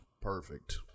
Perfect